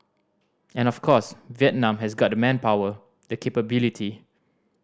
and of course Vietnam has got the manpower the capability